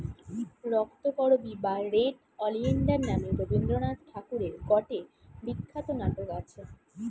রক্তকরবী বা red oleander নামে রবীন্দ্রনাথ ঠাকুরের গটে বিখ্যাত নাটক আছে